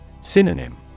Synonym